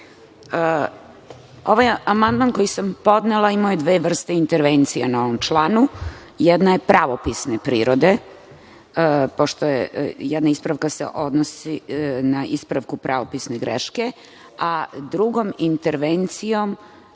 amandman koji sam podnela imao je dve vrste intervencija na ovom članu. Jedna je pravopisne prirode, pošto se jedna ispravka odnosi na ispravku pravopisne greške, a drugom intervencijom